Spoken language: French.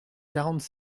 quarante